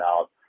out